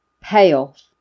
Payoff